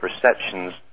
perceptions